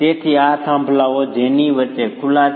તેથી આ થાંભલાઓ છે જેની વચ્ચે ખુલ્લા છે